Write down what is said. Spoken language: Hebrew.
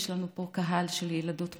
יש לנו פה קהל של ילדות מדהימות.